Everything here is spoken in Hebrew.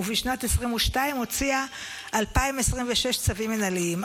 ובשנת 2022 הוציאה 2,026 צווים מינהליים.